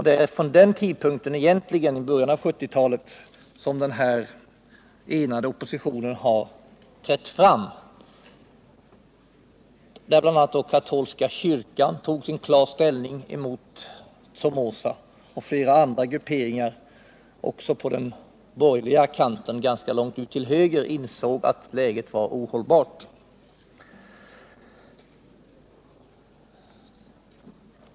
Det är från den tidpunkten — början av 1970-talet — som den enade oppositionen har trätt fram. Bl. a. tog katolska kyrkan klar ställning emot Somoza. Och flera andra grupperingar ganska långt ut till höger på den borgerliga kanten insåg att läget var ohållbart.